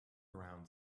around